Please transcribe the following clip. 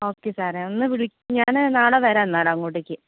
okay സാറേ ഒന്ന് വിളിക്കൂ ഞാൻ നാളെ വരാം എന്നാൽ അങ്ങോട്ടേക്ക്